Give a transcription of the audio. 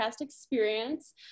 experience